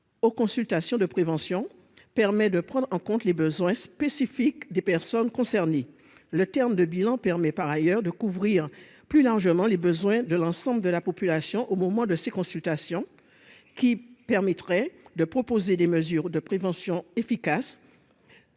aux consultations de prévention permet de prendre en compte les besoins spécifiques des personnes concernées, le terme de bilan permet par ailleurs de couvrir plus largement les besoins de l'ensemble de la population au moment de ces consultations qui permettraient de proposer des mesures de prévention efficace.